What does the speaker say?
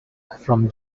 from